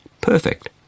perfect